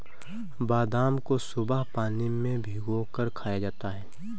बादाम को सुबह पानी में भिगोकर खाया जाता है